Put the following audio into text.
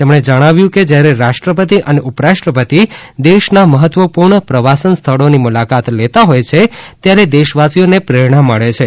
તેમણે જણાવ્યું કે જયારે રાષ્ટ્રપતિ અને ઉપરાષ્ટ્રપતિ દેશના મહત્વપૂર્ણ પ્રવાસન સ્થળોની મુલાકાત લેતા હોય છે ત્યારે દેશવાસીઓને પ્રેરણા મળે છે